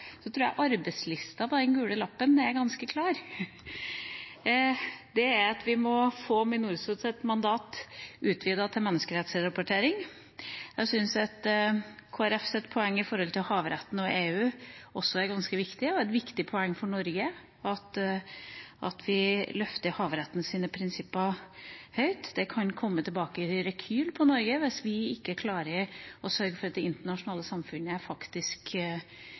tror jeg arbeidslista på den gule lappen er ganske klar: Vi må få MINURSOs mandat utvidet til menneskerettsrapportering. Jeg syns at Kristelig Folkepartis poeng om havretten og EU også er ganske viktig. Det er et viktig poeng for Norge at vi løfter havrettens prinsipper høyt. Det kan gi rekyl for Norge hvis vi ikke klarer å sørge for at det internasjonale samfunnet faktisk